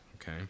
okay